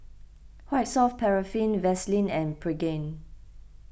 White Soft Paraffin Vaselin and Pregain